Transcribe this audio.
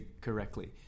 correctly